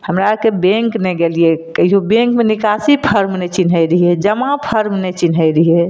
हमरा आरके बैंक नहि गेलिए कहियो बैंकमे निकासी फोर्म नहि चिन्है रहिए जमा फोर्म नहि चिन्है रहिए